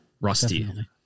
rusty